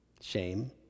shame